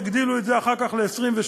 הגדילו את זה אחר כך ל-28,